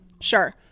Sure